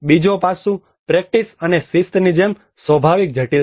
બીજો પાસું પ્રેક્ટિસ અને શિસ્તની જેમ સ્વાભાવિક જટિલતા